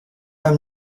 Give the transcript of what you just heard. pas